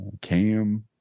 Cam